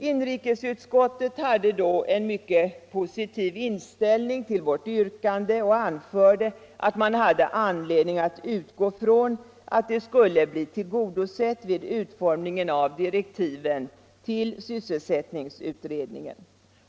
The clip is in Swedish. Inrikesutskottet hade då en mycket positiv inställning till vårt yrkande och förklarade att man hade anledning att utgå från att det skulle bli tillgodosett vid utformningen av direktiven till sysselsättningsutredningen.